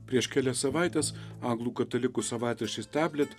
prieš kelias savaites anglų katalikų savaitraštis teblit